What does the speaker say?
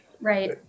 Right